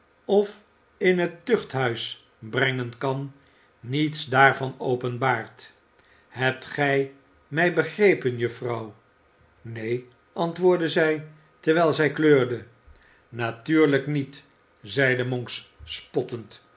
of in het tuchthuis brengen kan niets daarvan openbaart hebt gij mij begrepen juffrouw neen antwoordde zij terwijl zij kleurde natuurlijk niet zeide monks spottend